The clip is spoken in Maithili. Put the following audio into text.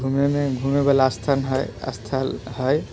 घुमैमे घुमैवला स्थान हय स्थल हय